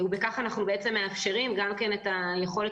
בכך אנחנו בעצם מאפשרים גם את היכולת